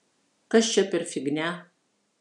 kas čia per fignia